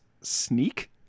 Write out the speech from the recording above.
sneak